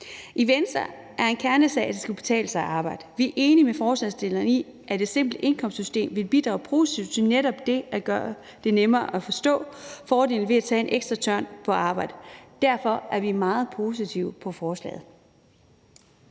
I Venstre er det en kernesag, at det skal kunne betale sig at arbejde. Vi er enige med forslagsstillerne i, at et simpelt indkomstskattesystem vil bidrage positivt til netop det at gøre det nemmere at forstå fordelen ved at tage en ekstra tørn på arbejdet. Derfor er vi meget positive over for forslaget.